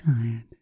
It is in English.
tired